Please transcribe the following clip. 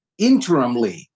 interimly